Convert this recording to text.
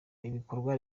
ibikorwa